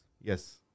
Yes